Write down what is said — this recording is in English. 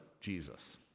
Jesus